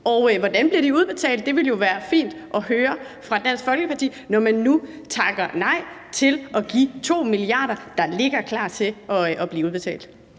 Og hvordan bliver de udbetalt? Det ville jo være fint at høre fra Dansk Folkeparti, når man nu takker nej til at give 2 mia. kr., der ligger klar til at blive udbetalt.